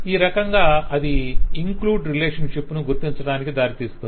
ఈ రకంగా అది ఇంక్లూడ్ రిలేషన్షిప్ ను గుర్తించటానికి కు దారితీస్తుంది